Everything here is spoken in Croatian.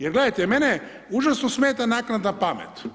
Jer, gledajte, mene užasno smeta naknadna pamet.